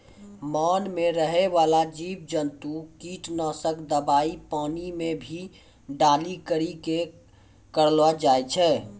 मान मे रहै बाला जिव जन्तु किट नाशक दवाई पानी मे भी डाली करी के करलो जाय छै